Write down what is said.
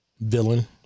villain